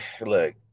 look